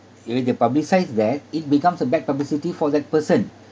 if they publicise that it becomes a bad publicity for that person